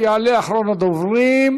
יעלה אחרון הדוברים,